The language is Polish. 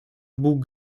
bóg